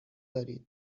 دارید